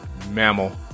Mammal